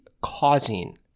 causing